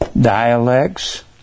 dialects